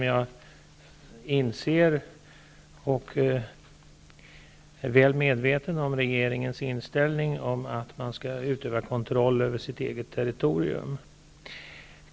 Jag inser dock, och är väl medveten om, regeringens inställning att regimen skall utöva kontroll över sitt eget territorium.